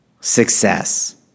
success